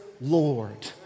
Lord